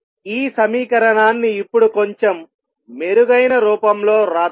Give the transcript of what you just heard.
ఈ సమీకరణాన్ని ఇప్పుడు కొంచెం మెరుగైన రూపంలో వ్రాద్దాం